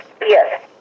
Yes